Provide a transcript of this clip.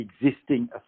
existing